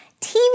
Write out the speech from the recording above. TV